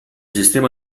sistema